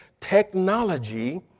Technology